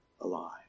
alive